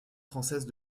française